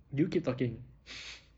you keep talking